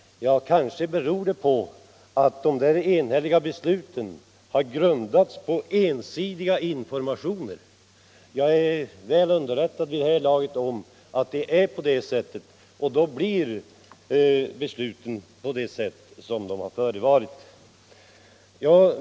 Kanske det beror på att de enhälliga besluten grundats på ensidig information. Jag är vid det här laget väl underrättad om att det förhåller sig på det sättet och då blir besluten sådana som de förevarit.